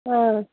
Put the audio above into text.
آ